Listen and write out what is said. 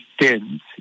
stands